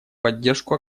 поддержку